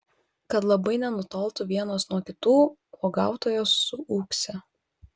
kad labai nenutoltų vienos nuo kitų uogautojos suūksi